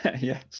Yes